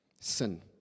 sin